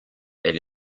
elle